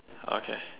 okay